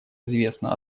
известно